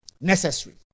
necessary